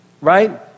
Right